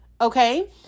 okay